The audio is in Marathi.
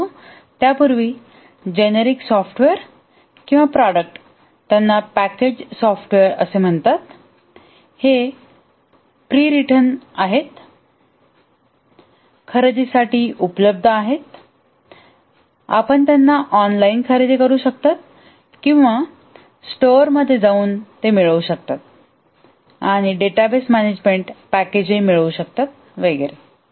परंतु त्यापूर्वी जेनेरिक सॉफ्टवेअर किंवा प्रॉडक्ट त्यांना पॅकेज सॉफ्टवेअर म्हणतात हे पूर्व लिखित आहेत खरेदीसाठी उपलब्ध आहेत आपण त्यांना ऑनलाइन खरेदी करू शकता किंवा स्टोर मध्ये जाऊन ते मिळवू शकतात आणि डेटाबेस मॅनेजमेंट पॅकेजही मिळवू शकतात वगैरे